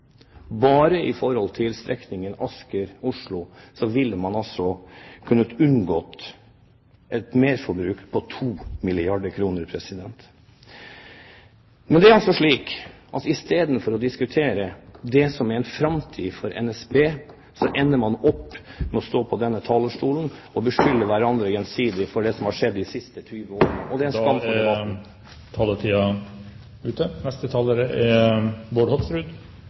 Bare på strekningen Asker–Oslo ville man kunnet unngå et merforbruk på 2 milliarder kr. Men det er altså slik at istedenfor å diskutere det som er en framtid for NSB, ender man opp med å stå på denne talerstolen og beskylde hverandre gjensidig for det som har skjedd de siste 20 år, og det er en skam for debatten. Det er